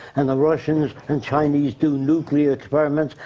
and the russians and chinese do nuclear experiments,